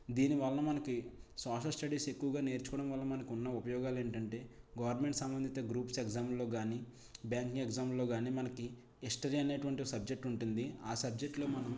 దీని వల్న మనకి సోషల్ స్టడీస్ ఎక్కువగా నేర్చుకోవడం వల్ల మనకున్న ఉపయోగాలు ఏంటంటే గవర్నమెంట్ సంబంధిత గ్రూప్స్ ఎగ్జామ్ లో కాని బ్యాంకింగ్ ఎగ్జామ్ లో కాని మనకి హిస్టరీ అనేటువంటి సబ్జెక్టు ఉంటుంది ఆ సబ్జెక్టు లో మనం